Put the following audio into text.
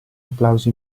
applausi